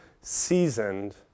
seasoned